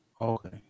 Okay